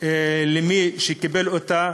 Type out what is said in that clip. למי שקיבל אותה,